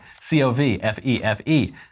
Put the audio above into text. C-O-V-F-E-F-E